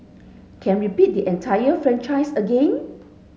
can repeat the entire franchise again